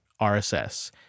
RSS